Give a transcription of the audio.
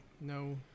no